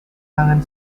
tangan